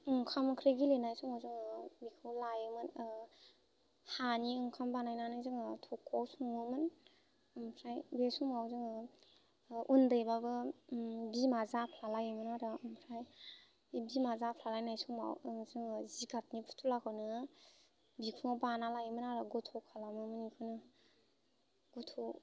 ओंखाम ओंख्रि गेलेनाय समाव जोङो बेखौ लायोमोन हानि ओंखाम बानायनानै जोङो थख' सङोमोन ओमफ्राय बे समाव जोङो उन्दैबाबो बिमा जाफ्लालायोमोन आरो ओमफ्राय बे बिमा जाफ्ला लायनाय समाव जोङो जिगाबनि फुथुलाखौनो बिखुङाव बाना लायोमोन आरो गथ' खालामोमोन बेखौनो गथ'